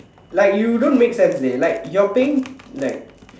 like you don't make sense like you're paying like